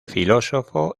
filósofo